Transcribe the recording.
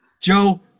Joe